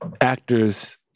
actors